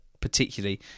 particularly